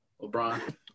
LeBron